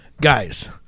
Guys